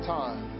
time